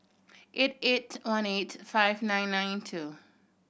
eight eight one eight five nine nine two